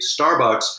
Starbucks